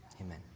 amen